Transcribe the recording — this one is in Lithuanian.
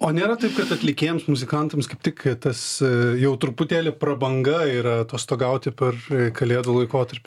o nėra taip kad atlikėjams muzikantams kaip tik tas jau truputėlį prabanga yra atostogauti per kalėdų laikotarpį